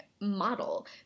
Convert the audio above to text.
model